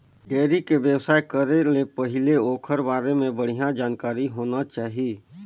dairy के बेवसाय करे ले पहिले ओखर बारे में बड़िहा जानकारी होना चाही